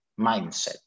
mindset